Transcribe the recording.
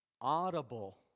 Audible